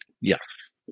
Yes